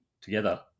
together